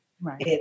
Right